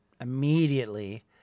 immediately